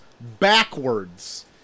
backwards